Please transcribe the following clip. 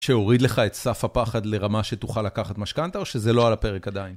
שהוריד לך את סף הפחד לרמה שתוכל לקחת משכנתה, או שזה לא על הפרק עדיין.